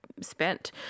spent